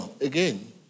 again